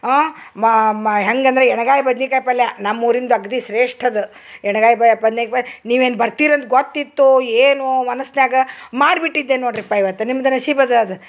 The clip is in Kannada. ಮಾ ಮ ಹೆಂಗಂದ್ರ ಎಣ್ಣೆಗಾಯಿ ಬದ್ನಿಕಾಯಿ ಪಲ್ಯ ನಮ್ಮೂರಿಂದ ಅಗ್ದಿ ಶ್ರೇಷ್ಠದ ಎಣ್ಣೆಗಾಯಿ ಬ ನೀವೇನು ಬರ್ತಿರಂತ ಗ್ವತ್ತಿತ್ತೊ ಏನೋ ಮನಸ್ನ್ಯಾಗ ಮಾಡ್ಬಿಟ್ಟಿದ್ದೆ ನೋಡ್ರಿಪ್ಪ ಇವತ್ತು ನಿಮ್ದ ನಶಿಪದಾದ